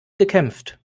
gekämpft